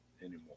anymore